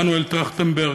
מנואל טרכטנברג,